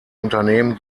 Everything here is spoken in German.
unternehmen